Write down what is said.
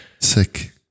Sick